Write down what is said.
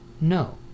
No